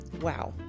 Wow